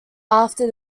after